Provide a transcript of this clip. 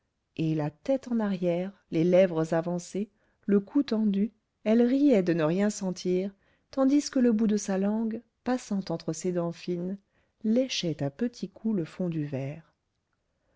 et la tête en arrière les lèvres avancées le cou tendu elle riait de ne rien sentir tandis que le bout de sa langue passant entre ses dents fines léchait à petits coups le fond du verre